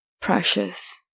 Precious